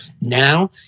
Now